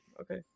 okay